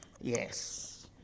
yes